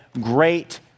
great